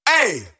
Hey